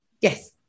Yes